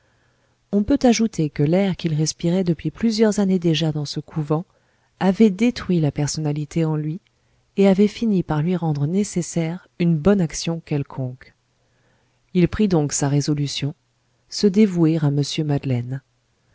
on peut ajouter que l'air qu'il respirait depuis plusieurs années déjà dans ce couvent avait détruit la personnalité en lui et avait fini par lui rendre nécessaire une bonne action quelconque il prit donc sa résolution se dévouer à mr madeleine